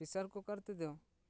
ᱯᱮᱥᱟᱨ ᱠᱩᱠᱟᱨ ᱛᱮᱫᱚ